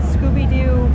Scooby-Doo